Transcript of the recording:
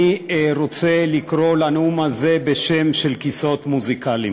אני רוצה לקרוא לנאום הזה בשם "כיסאות מוזיקליים",